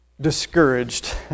discouraged